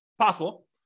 possible